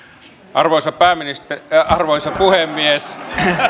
arvoisa pääministeri arvoisa puhemies